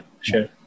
Sure